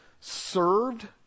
served